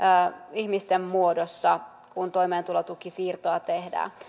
ihmisten muodossa kun toimeentulotukisiirtoa tehdään